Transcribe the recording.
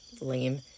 Lame